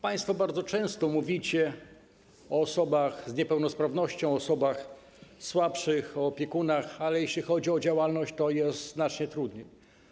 Państwo bardzo często mówicie o osobach z niepełnosprawnościami, o osobach słabszych, o opiekunach, ale jeśli chodzi o działalność, to jest znacznie trudniej.